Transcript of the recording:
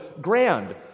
grand